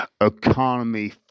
economy